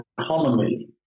economy